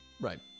Right